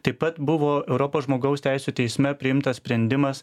taip pat buvo europos žmogaus teisių teisme priimtas sprendimas